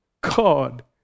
God